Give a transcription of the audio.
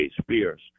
Spears